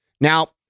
Now